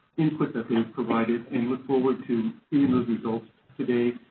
input that they've provided, and look forward to hearing those results today.